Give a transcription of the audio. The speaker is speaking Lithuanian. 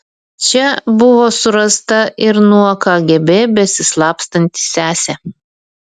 čia buvo surasta ir nuo kgb besislapstanti sesė